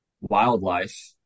wildlife